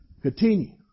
continue